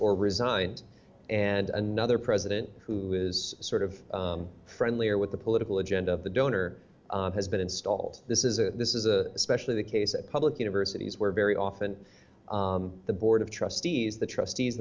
or resigned and another president who is sort of friendlier with the political agenda of the donor has been installed this is a this is a especially the case at public universities where very often the board d of trustees the trustees